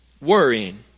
Worrying